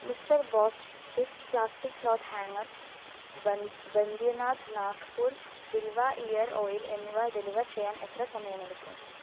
mister boss swift plastic cloth hanger ബെൻ Baidyanath Nagpur Bilva ear oil എന്നിവ deliver ചെയ്യാൻ എത്ര സമയമെടുക്കും